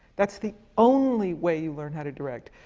that's the only way you learn how to direct!